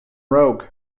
rogue